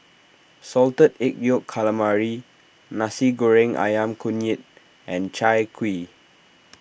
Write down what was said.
Salted Egg Yolk Calamari Nasi Goreng Ayam Kunyit and Chai Kuih